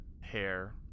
hair